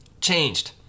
changed